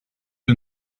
you